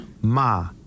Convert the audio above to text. Ma